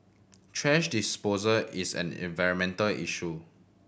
thrash disposal is an environmental issue